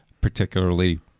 Particularly